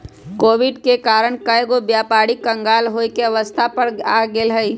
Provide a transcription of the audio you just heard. Covid के कारण कएगो व्यापारी क़ँगाल होये के अवस्था पर आ गेल हइ